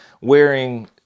wearing